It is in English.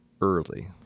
early